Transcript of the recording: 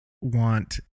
want